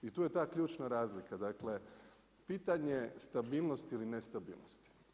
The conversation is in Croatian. I tu je ta ključna razlika, dakle pitanje stabilnosti ili nestabilnosti.